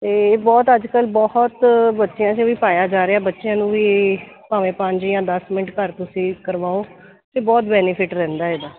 ਅਤੇ ਬਹੁਤ ਅੱਜ ਕੱਲ੍ਹ ਬਹੁਤ ਬੱਚਿਆਂ 'ਚ ਵੀ ਪਾਇਆ ਜਾ ਰਿਹਾ ਬੱਚਿਆਂ ਨੂੰ ਵੀ ਭਾਵੇਂ ਪੰਜ ਜਾਂ ਦਸ ਮਿੰਟ ਘਰ ਤੁਸੀਂ ਕਰਵਾਓ ਅਤੇ ਬਹੁਤ ਬੈਨੀਫਿਟ ਰਹਿੰਦਾ ਇਹਦਾ